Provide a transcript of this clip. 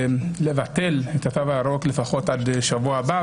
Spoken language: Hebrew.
הולך לבטל את התו הירוק, לפחות עד שבוע הבא.